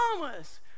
Thomas